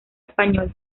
español